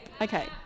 okay